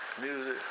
music